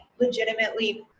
legitimately